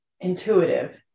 intuitive